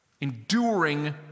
enduring